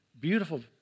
Beautiful